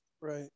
Right